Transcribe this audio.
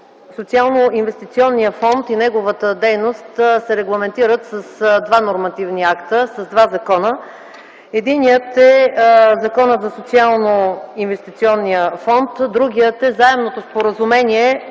Социалноинвестиционният фонд и неговата дейност се регламентират с два нормативни акта, с два закона. Единият е Законът за Социалноинвестиционния фонд, а другият е Заемното споразумение,